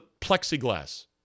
plexiglass